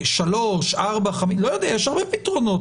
יש הרבה פתרונות,